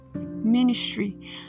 ministry